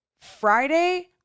Friday